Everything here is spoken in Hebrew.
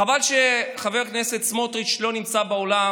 חבל שחבר הכנסת סמוטריץ' לא נמצא באולם,